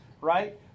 right